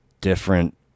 different